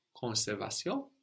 conservation